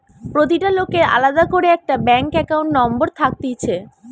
প্রতিটা লোকের আলদা করে একটা ব্যাঙ্ক একাউন্ট নম্বর থাকতিছে